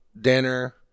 dinner